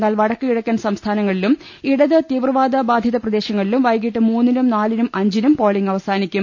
എന്നാൽ വടക്ക് കിഴക്കൻ സംസ്ഥാ നങ്ങളിലും ഇടത് തീവ്രവാദ ബാധിത പ്രദേശങ്ങളിലും വൈകിട്ട് മൂന്നിനും നാലിനും അഞ്ചിനും പോളിങ് അവസാനിക്കും